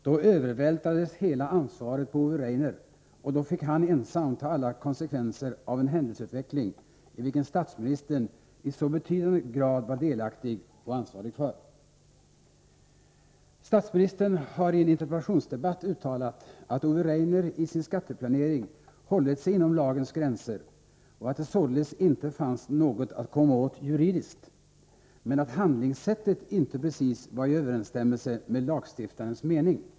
Då övervältrades hela ansvaret på Ove Rainer, och då fick han ensam ta alla konsekvenser av en händelseutveckling, vilken statsministern i så betydande grad var delaktig i och ansvarig för. Statsministern har i en interpellationsdebatt uttalat att Ove Rainer i sin skatteplanering hållit sig inom lagens gränser och att det således inte fanns något att komma åt juridiskt, men att handlingssättet inte precis var i överensstämmelse med lagstiftarens mening.